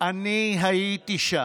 אני הייתי שם,